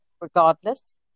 regardless